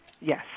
Yes